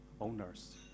owners